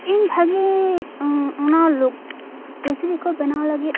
ᱤᱧ ᱵᱷᱟᱜᱮ ᱚᱱᱟ ᱠᱤᱪᱨᱤᱡ ᱠᱚ ᱵᱮᱱᱟᱣ ᱞᱟᱹᱜᱤᱫ